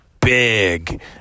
big